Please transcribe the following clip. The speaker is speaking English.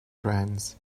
grants